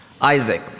Isaac